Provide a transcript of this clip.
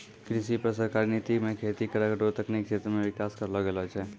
कृषि पर सरकारी नीति मे खेती करै रो तकनिकी क्षेत्र मे विकास करलो गेलो छै